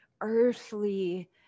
earthly